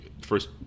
first